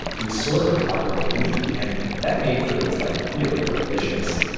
it was sort of a cognitive illusion. and that made for this like really delicious,